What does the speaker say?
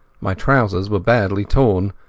my trousers were badly torn,